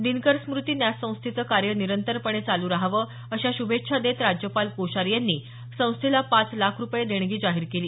दिनकर स्मृती न्यास संस्थेचं कार्य निरंतरपणे चालू राहावं अशा शुभेच्छा देत राज्यपाल कोश्यारी यांनी संस्थेला पाच लाख रुपये देणगी जाहीर केली